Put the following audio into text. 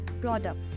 Product